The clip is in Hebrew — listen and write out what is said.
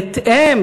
בהתאם,